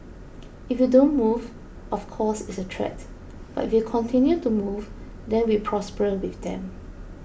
if you don't move of course it's a threat but if you continue to move then we prosper with them